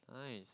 nice